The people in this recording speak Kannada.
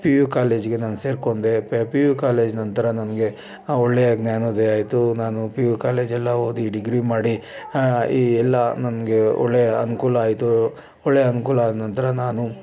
ಪಿ ಯು ಕಾಲೇಜಿಗೆ ನಾನು ಸೇರ್ಕೊಂಡೆ ಪೆ ಪಿ ಯು ಕಾಲೇಜ್ ನಂತರ ನನಗೆ ಒಳ್ಳೆಯ ಜ್ಞಾನೋದಯ ಆಯಿತು ನಾನು ಪಿ ಯು ಕಾಲೇಜೆಲ್ಲ ಓದಿ ಡಿಗ್ರಿ ಮಾಡಿ ಈ ಎಲ್ಲ ನನಗೆ ಒಳ್ಳೆಯ ಅನುಕೂಲ ಆಯಿತು ಒಳ್ಳೆ ಅನುಕೂಲ ಆದ ನಂತರ ನಾನು